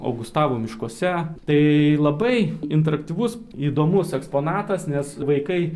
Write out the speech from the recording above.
augustavo miškuose tai labai interaktyvus įdomus eksponatas nes vaikai